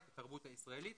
את התרבות הישראלית